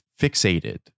fixated